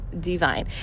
divine